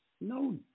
No